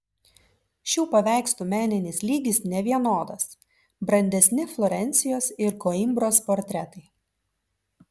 šių paveikslų meninis lygis nevienodas brandesni florencijos ir koimbros portretai